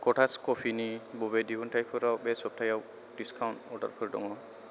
क'थास क'फिनि बबे दिहुनथाइफोराव बे सप्तायाव डिसकाउन्ट अर्दारफोर दङ